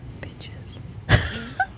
Bitches